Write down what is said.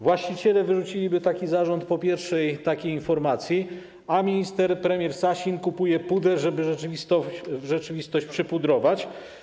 Właściciele wyrzuciliby taki zarząd po pierwszej takiej informacji, a minister, premier Sasin kupuje puder, żeby rzeczywistość przypudrować.